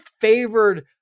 favored